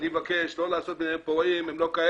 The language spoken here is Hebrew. אני מבקש לא לעשות מהם פורעים, הם לא כאלה.